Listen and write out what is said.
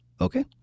Okay